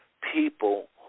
people